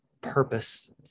purpose